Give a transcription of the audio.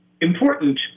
important